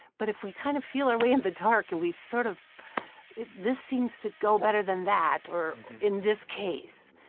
but if we kind of feel our way in the dark and we sort of this seems to go better than that or in this case.